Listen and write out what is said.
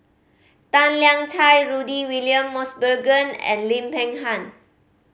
Tan Lian Chye Rudy William Mosbergen and Lim Peng Han